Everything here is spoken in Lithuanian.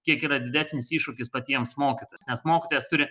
kiek yra didesnis iššūkis patiems mokytojams nes mokytojas turi